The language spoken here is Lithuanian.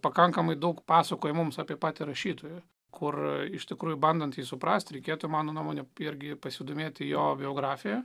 pakankamai daug pasakoja mums apie patį rašytoją kur iš tikrųjų bandant jį suprast reikėtų mano nuomone irgi pasidomėti jo biografija